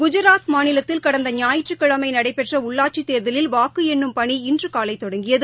குஜராத் மாநிலத்தில் கடந்த ஞாயிற்றுக்கிழமை நடைபெற்ற உள்ளாட்சி தேர்தலில் வாக்கு எண்னும் பணி இன்று காலை தொடங்கியது